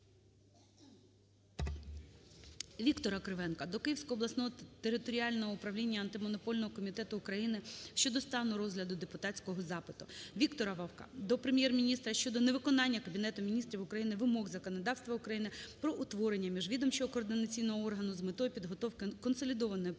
Віктора Кривенка до Київського обласного територіального управління Антимонопольного комітету України щодо стану розгляду депутатського запиту. Віктора Вовка до Прем'єр-міністра щодо невиконання Кабінетом Міністрів України вимог законодавства України про утворення міжвідомчого координаційного органу з метою підготовки консолідованої претензії